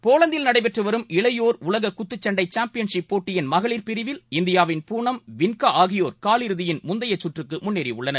போலந்தில் நடைபெற்றுவரும் இளையோர் உலககுத்துச்சண்டைசாம்பியன்ஷிப் போட்டியின் மகளிர் பிரிவில் இந்தியாவின் பூனம் வின்காஆகியோர் காலிறுதியின் முந்தையகற்றுக்குமுன்னேறியுள்ளனர்